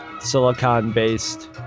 silicon-based